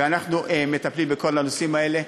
ואנחנו מטפלים בכל הנושאים האלה.